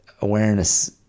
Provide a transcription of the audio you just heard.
awareness